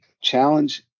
Challenge